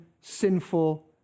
sinful